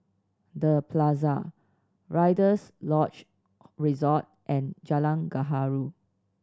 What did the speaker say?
The Plaza Rider's Lodge Resort and Jalan Gaharu